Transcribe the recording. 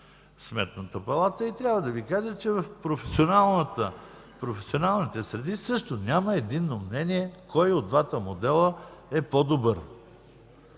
на Сметната палата. Трябва да Ви кажа, че в професионалните среди също няма единно мнение кой от двата модела е по-добър.